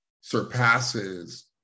surpasses